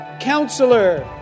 Counselor